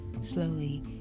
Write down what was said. Slowly